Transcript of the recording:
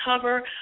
cover